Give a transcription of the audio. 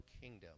kingdom